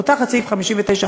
פותחת סעיף 59א,